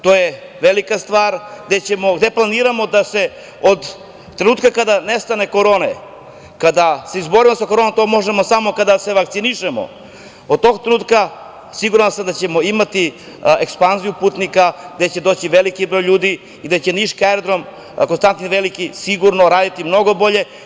To je velika stvar, gde planiramo da se od trenutka kada nestane korona, kad se izborimo sa koronom, a to možemo samo kada se vakcinišemo, od tog trenutka siguran sam da ćemo imati ekspanziju putnika, gde će doći veliki broj ljudi i gde će niški aerodrom „Konstantin Veliki“ sigurno raditi mnogo bolje.